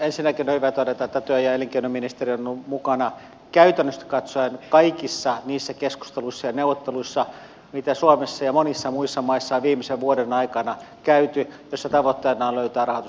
ensinnäkin on hyvä todeta että työ ja elinkeinoministeriö on ollut mukana käytännöllisesti katsoen kaikissa niissä keskusteluissa ja neuvotteluissa mitä suomessa ja monissa muissa maissa on viimeisen vuoden aikana käyty joissa tavoitteena on ollut löytää rahoitusratkaisu tähän